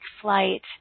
flight